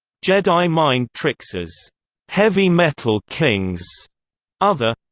jedi mind tricks's heavy metal kings other